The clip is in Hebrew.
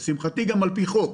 לשמחתי גם על פי חוק